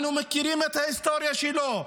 אנחנו מכירים את ההיסטוריה שלו,